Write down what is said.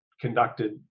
conducted